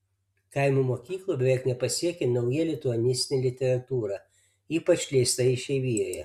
kaimo mokyklų beveik nepasiekia nauja lituanistinė literatūra ypač leista išeivijoje